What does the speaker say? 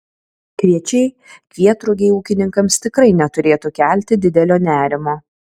kviečiai kvietrugiai ūkininkams tikrai neturėtų kelti didelio nerimo